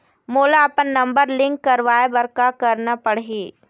मोला अपन number link करवाये बर का करना पड़ही?